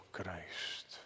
Christ